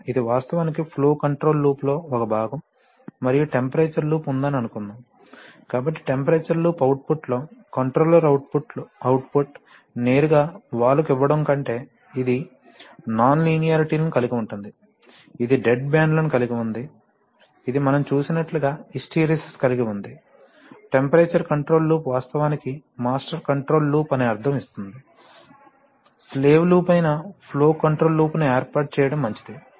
కనుక ఇది వాస్తవానికి ఫ్లో కంట్రోల్ లూప్ లో ఒక భాగం మరియు టెంపరేచర్ లూప్ ఉందని అనుకుందాం కాబట్టి టెంపరేచర్ లూప్ అవుట్పుట్లో కంట్రోలర్ అవుట్పుట్ నేరుగా వాల్వ్కు ఇవ్వడం కంటే ఇది నాన్ లీనియారిటీలను కలిగి ఉంటుంది ఇది డెడ్ బ్యాండ్లను కలిగి ఉంది ఇది మనం చూసినట్లుగా హిస్టెరిసిస్ కలిగి ఉంది టెంపరేచర్ కంట్రోల్ లూప్ వాస్తవానికి మాస్టర్ కంట్రోల్ లూప్ అనే అర్థం ఇస్తుంది స్లేవ్ లూప్ అయిన ఫ్లో కంట్రోల్ లూప్ను ఏర్పాటు చేయడం మంచిది